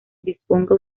disponga